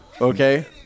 Okay